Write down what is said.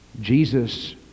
Jesus